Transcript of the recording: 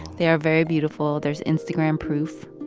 they are very beautiful. there's instagram proof.